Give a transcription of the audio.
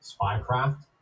spycraft